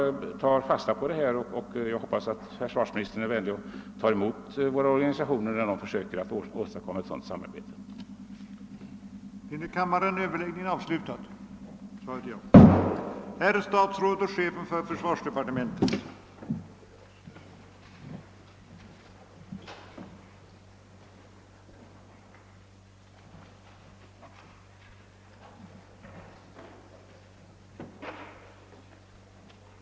Jag tar fasta på vad som anförts i denna debatt, och jag hoppas att försvarsministern är vänlig och tar emot vår organisation, när den försöker att åstadkomma ett sådant samarbete som det här gäller.